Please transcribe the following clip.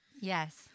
Yes